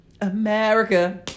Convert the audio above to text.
America